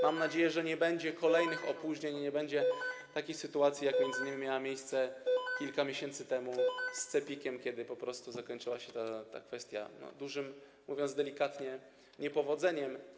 Mam nadzieję, że nie będzie kolejnych opóźnień i nie będzie takich sytuacji, jaka m.in. miała miejsce kilka miesięcy temu z CEPiK-iem, kiedy ta kwestia zakończyła się dużym, mówiąc delikatnie, niepowodzeniem.